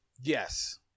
Yes